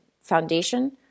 foundation